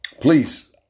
Please